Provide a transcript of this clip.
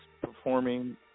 performing